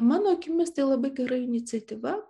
mano akimis tai labai gera iniciatyva